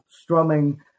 strumming